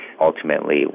ultimately